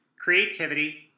creativity